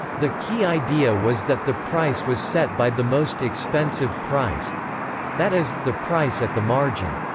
the key idea was that the price was set by the most expensive price that is, the price at the margin.